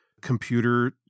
computer